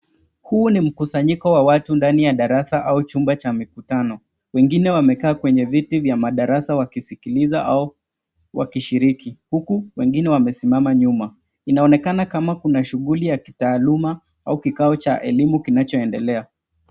Huu ni mkusanyiko wa watu ndani ya darasa au chumba cha mikutano. Wengine wamekaa kwenye viti vya madarasa wakisikiliza au wakishiriki huku wengine wamesimama nyuma. Inaonekana kama kuna shughuli ya kitaaluma au kikao cha elimu kinachoendelea.